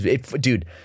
Dude